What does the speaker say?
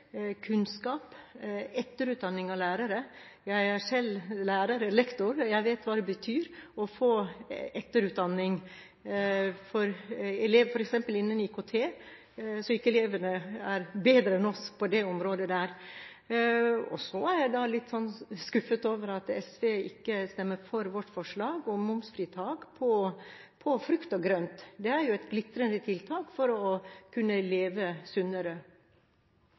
kunnskap og etterutdanning av lærere. Jeg er selv lærer – lektor – jeg vet hva det betyr å få etterutdanning, f.eks. innen IKT, så ikke elevene er bedre enn oss på det området. Så er jeg litt skuffet over at SV ikke stemmer for vårt forslag om momsfritak på frukt og grønt. Det er et glitrende tiltak for å kunne leve sunnere.